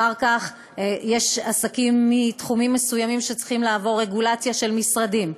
אחר כך יש עסקים מתחומים מסוימים שצריכים לעבור רגולציה של משרדים,